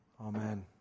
Amen